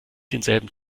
denselben